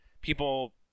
people